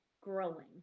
growing